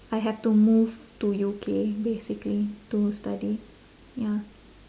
I have to move to U_K basically to study ya